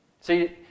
See